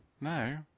No